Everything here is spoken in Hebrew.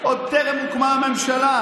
עוד טרם הוקמה הממשלה.